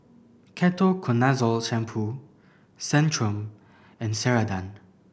Ketoconazole Shampoo Centrum and Ceradan